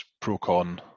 procon